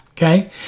Okay